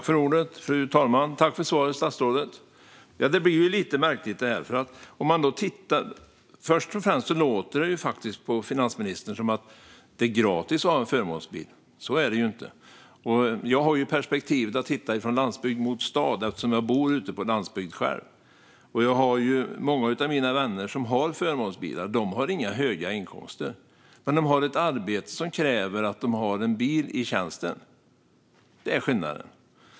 Fru talman! Tack för svaret, statsrådet! Det blir lite märkligt, det här. Det låter på finansministern som om det är gratis att ha en förmånsbil. Så är det ju inte. Jag har perspektiv från både landsbygd och stad, eftersom jag själv bor på landsbygden. Många av mina vänner som har förmånsbilar har inga höga inkomster, men de har ett arbete som kräver att de har en bil i tjänsten. Det är skillnaden.